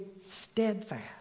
steadfast